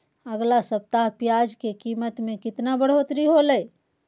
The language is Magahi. अगला सप्ताह प्याज के कीमत में कितना बढ़ोतरी होलाय?